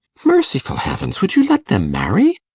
merciful heavens, would you let them marry!